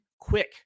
quick